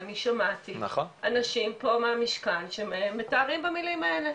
ואני שמעתי אנשים פה מהמשכן שמתארים במלים האלה,